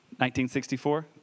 1964